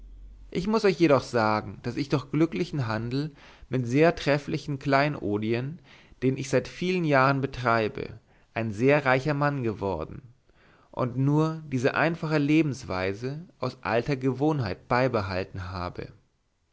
ich muß euch jedoch sagen daß ich durch glücklichen handel mit den trefflichsten kleinodien den ich seit vielen jahren treibe ein sehr reicher mann geworden und nur die einfache lebensweise aus alter gewohnheit beibehalten habe